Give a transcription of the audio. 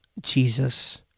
Jesus